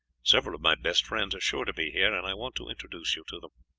several of my best friends are sure to be here, and i want to introduce you to them.